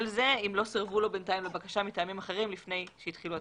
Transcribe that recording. כל זה אם לא סירבו לו בינתיים לבקשה מטעמים אחרים לפני שהתחילו התקנות.